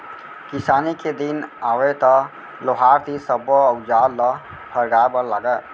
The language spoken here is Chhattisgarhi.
किसानी के दिन आवय त लोहार तीर सब्बो अउजार ल फरगाय बर लागय